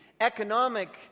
economic